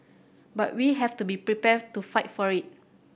but we have to be prepared to fight for it